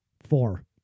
four